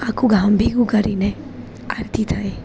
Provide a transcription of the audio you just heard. આખું ગામ ભેગું કરીને આરતી થાય